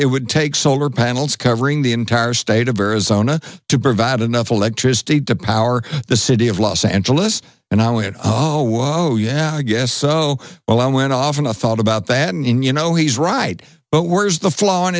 it would take solar panels covering the entire state of arizona to provide enough electricity to power the city of los angeles and i would yeah i guess so well i went off and i thought about that and you know he's right but where's the fl